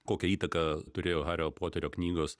kokią įtaką turėjo hario poterio knygos